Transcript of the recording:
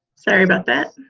sorry about that.